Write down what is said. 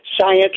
science